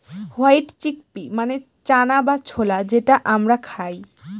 white chickpea মানে চানা বা ছোলা যেটা আমরা খায়